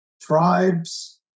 tribes